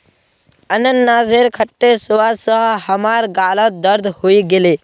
अनन्नासेर खट्टे स्वाद स हमार गालत दर्द हइ गेले